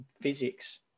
physics